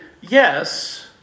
yes